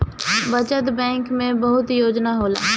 बचत बैंक में बहुते योजना होला